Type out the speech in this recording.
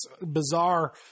bizarre